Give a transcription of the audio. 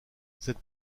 cette